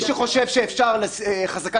בגלל שאין כאן חשוד וכולי,